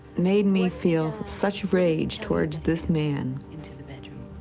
made me feel such rage towards this man. into the bedroom?